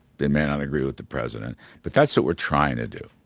they may not agree with the president but that's what we're trying to do.